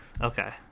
Okay